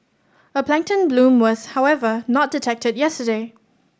a plankton bloom was however not detected yesterday